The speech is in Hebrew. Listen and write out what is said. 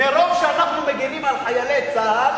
מרוב שאנחנו מגינים על חיילי צה"ל,